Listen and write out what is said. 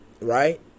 right